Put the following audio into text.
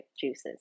juices